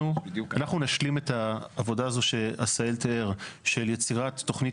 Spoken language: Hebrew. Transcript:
אנחנו נשלים את העבודה הזאת של יצירת תוכנית